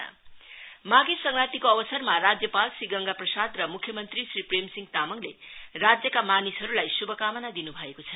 message माघे संक्रान्तिको अवसरमा राज्यपाल श्री गंगा प्रसाद र मुख्यमंत्री श्री प्रेमसिंह तामाङले राज्यका मानिसहरुलाई शुभकामना दिनु भएको छ